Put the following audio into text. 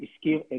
שהזכיר,